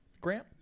Grant